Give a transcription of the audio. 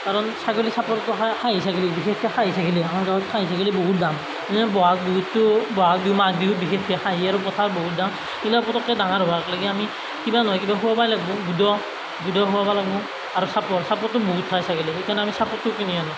কাৰণ ছাগলী চাপৰটো খাই খাহী ছাগলী বিশেষকৈ খাহী ছাগলী আমাৰ গাঁৱত খাহী ছাগলীৰ বহুত দাম এনে ব'হাগ বিহুতটো ব'হাগ বিহু মাঘ বিহুত বিশেষকৈ খাহী আৰু পঠাৰ বহুত দাম সেইবিলাক পতকৈ ডাঙৰ হোৱাকলেগে আমি কিবা নহয় কিবা খুৱাবই লাগিব গুদা গুদা খুৱাব লাগব আৰু চাপৰ চাপৰটো বহুত খাই ছাগলীয়ে সেইকাৰণে আমি চাপৰটো কিনি আনো